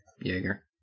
Jaeger